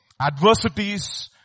adversities